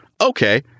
Okay